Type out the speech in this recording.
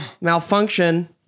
Malfunction